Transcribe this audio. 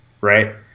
right